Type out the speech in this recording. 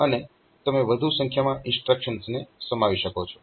અને તમે વધુ સંખ્યામાં ઇન્સ્ટ્રક્શન્સ ને સમાવી શકો છો